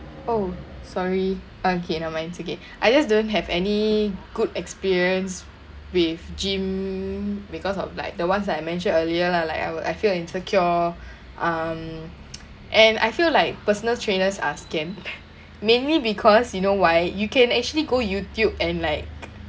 oh sorry okay never mind it's okay I just don't have any good experience with gym because of like the ones that I mentioned earlier lah like I would I feel insecure um and I feel like personal trainers are scam mainly because you know why you can actually go YouTube and like